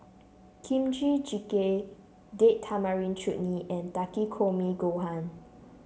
Kimchi Jjigae Date Tamarind Chutney and Takikomi Gohan